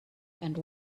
and